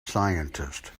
scientist